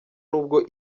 nubwo